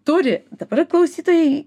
turi dabar klausytojai